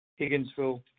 Higginsville